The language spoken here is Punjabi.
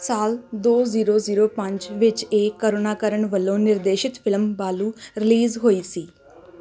ਸਾਲ ਦੋ ਜ਼ੀਰੋ ਜ਼ੀਰੋ ਪੰਜ ਵਿੱਚ ਏ ਕਰੁਣਾਕਰਨ ਵੱਲੋਂ ਨਿਰਦੇਸ਼ਿਤ ਫਿਲਮ ਬਾਲੂ ਰਿਲੀਜ਼ ਹੋਈ ਸੀ